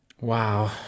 Wow